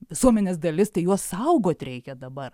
visuomenės dalis tai juos saugot reikia dabar